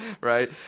Right